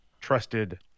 trusted